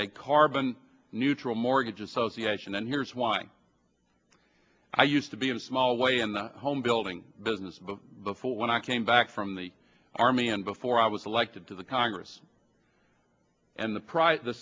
a carbon neutral mortgage association and here's why i used to be in a small way in the home building business but before when i came back from the army and before i was elected to the congress and the price the